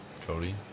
Cody